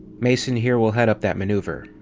mason here will head up that maneuver.